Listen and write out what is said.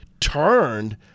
turned